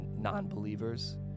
non-believers